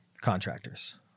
contractors